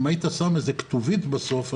אם היית מקרין איזו כתובת בסוף,